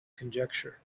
conjecture